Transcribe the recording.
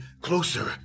closer